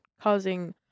causing